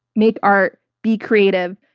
make art, be creative.